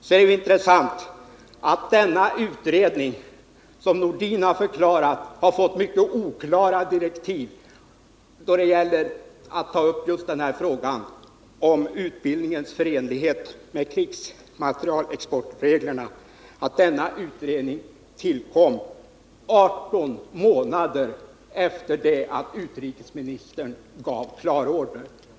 Det är också intessant att denna utredning, som enligt herr Nordin fått mycket oklara direktiv då det gällt att ta upp frågan om utbildningens förenlighet med krigsmaterielexportreglerna, tillsattes 20 månader efter det att utrikesministern gav klarorder.